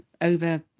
over